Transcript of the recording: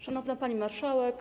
Szanowna Pani Marszałek!